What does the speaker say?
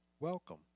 welcome